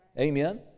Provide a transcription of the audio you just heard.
Amen